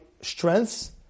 strengths